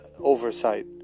oversight